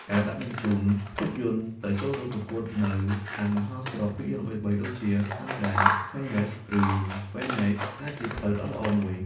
ការដាក់បញ្ជូនភាពយន្តទៅចូលរួមប្រកួតនៅតាមមហោស្រពភាពយន្តល្បីៗដូចជា Sundance, Cannes ឬ Venice អាចជាផ្លូវដ៏ល្អមួយ។